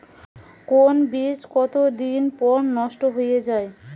কোন বীজ কতদিন পর নষ্ট হয়ে য়ায়?